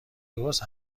درست